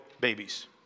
babies